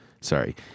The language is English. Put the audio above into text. sorry